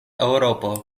eŭropo